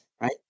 Right